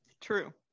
true